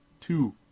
Two